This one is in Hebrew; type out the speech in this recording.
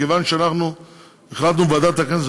מכיוון שאנחנו החלטנו בוועדת הכנסת